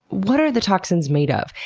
what are the toxins made of?